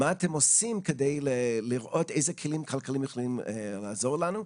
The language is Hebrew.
מה אתם עושים כדי לראות איזה כלים כלכליים יכולים לעזור לנו?